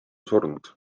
surnud